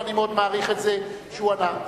ואני מאוד מעריך את זה שהוא ענה.